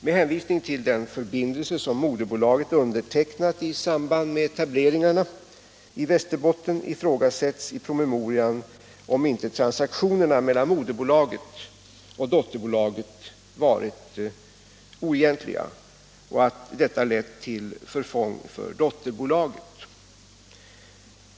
Med hänvisning till den förbindelse som moderbolaget undertecknade i samband med etableringarna i Västerbotten ifrågasätts i promemorian om inte transaktionerna mellan moderbolaget och dotterbolaget varit oegentliga och att detta lett till förfång för dotterbolaget.